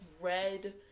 red